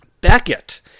Beckett